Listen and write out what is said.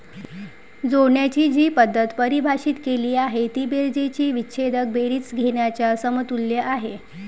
जोडण्याची जी पद्धत परिभाषित केली आहे ती बेरजेची विच्छेदक बेरीज घेण्याच्या समतुल्य आहे